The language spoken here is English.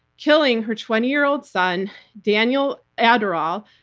killing her twenty year old son, daniel anderl,